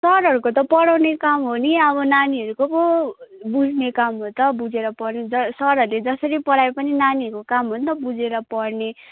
सरहरूको त पढाउने काम हो नि अब नानीहरूको पो बुझ्ने काम हो त बुझेर पढे सरहरूले जसरी पढाए पनि नानीहरूको काम हो नि त बुझेर पढ्ने